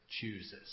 chooses